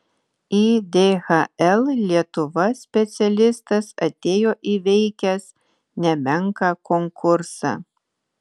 į dhl lietuva specialistas atėjo įveikęs nemenką konkursą